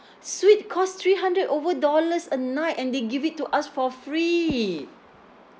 suite costs three hundred over dollars a night and they give it to us for free